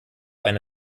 eine